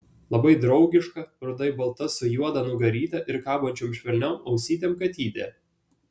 labai draugiška rudai balta su juoda nugaryte ir kabančiom švelniom ausytėm katytė